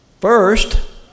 first